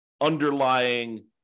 underlying